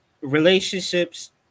relationships